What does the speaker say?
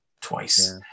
twice